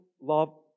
love